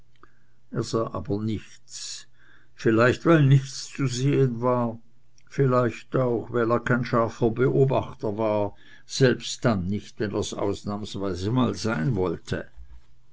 aber nichts vielleicht weil nichts zu sehen war vielleicht auch weil er kein scharfer beobachter war selbst dann nicht wenn er's ausnahmsweise mal sein wollte